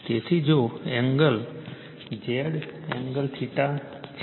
તેથી જો angle Z angle છે